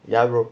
ya bro